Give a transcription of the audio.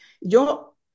Yo